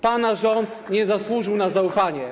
Pana rząd nie zasłużył na zaufanie.